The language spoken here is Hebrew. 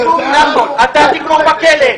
אתה תגמור בכלא.